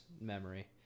memory